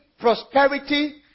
prosperity